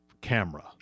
camera